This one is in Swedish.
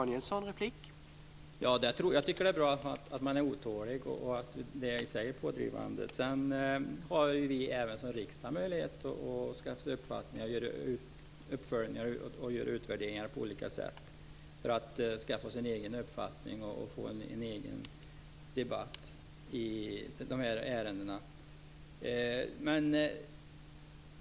Herr talman! Jag tycker att det bra att man är otålig, och jag tror att det i sig är pådrivande. Även vi i riksdagen har ju möjlighet att skaffa oss en uppfattning. Vi kan göra uppföljningar och utvärderingar på olika sätt för att skaffa oss en egen uppfattning och få en egen debatt i de här ärendena.